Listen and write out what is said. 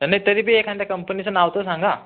आणि तरी बी एखाद्या कंपनीचं नाव तर सांगा